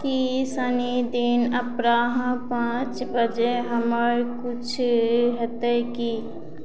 की शनि दिन अपराह्न पाँच बजे हमर किछु हेतै की